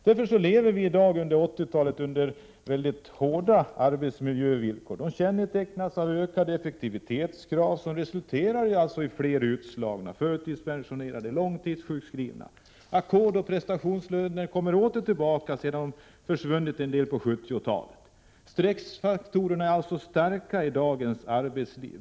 Därför lever vi nu under 1980-talet under mycket hårda arbetsmiljövillkor. De kännetecknas av ökade effektivitetskrav, som resulterar i fler utslagna, förtidspensionerade och långtidssjukskrivna. Ackord och prestationslöner kommer åter tillbaka sedan de till en del försvunnit på 1970-talet. Stressfaktorerna i dagens arbetsliv är alltså starka.